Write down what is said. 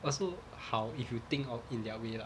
also how if you think of in their way lah